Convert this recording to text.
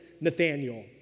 Nathaniel